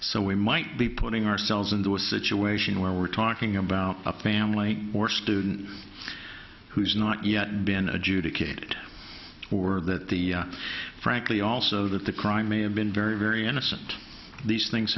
so we might be putting ourselves into a situation where we're talking about up family or student who's not yet been adjudicated or that the frankly also that the crime may have been very very innocent these things